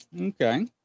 okay